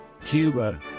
Cuba